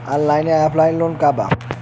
Online या offline loan का बा?